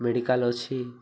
medical ଅଛି